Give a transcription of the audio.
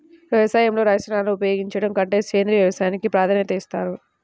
వ్యవసాయంలో రసాయనాలను ఉపయోగించడం కంటే సేంద్రియ వ్యవసాయానికి ప్రాధాన్యత ఇస్తారు